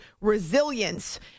resilience